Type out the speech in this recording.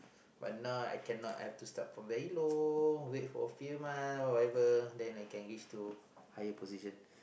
but now I cannot I have to start from very low wait for a few month whatever then I can give to higher position